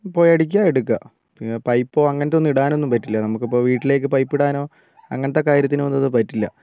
പോയി അടിക്കുക എടുക്കുക പൈപ്പോ അങ്ങനത്തെ ഒന്നും ഇടാൻ ഒന്നും പറ്റില്ല നമുക്ക് ഇപ്പോൾ വീട്ടിലേയ്ക്ക് പൈപ്പ് ഇടാനോ അങ്ങനത്തെ കാര്യത്തിന് ഒന്നും ഇത് പറ്റില്ല